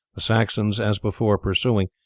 the saxons, as before, pursuing,